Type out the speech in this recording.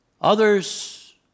Others